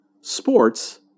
sports